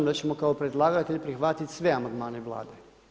Onda ćemo kao predlagatelj prihvatiti sve amandmane Vlade.